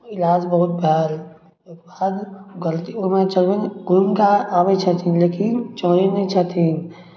इलाज बहुत भेल ओहिके बाद गलती ओहिमे चढ़बे नहि घुमिके आबै छथिन लेकिन चढ़ै नहि छथिन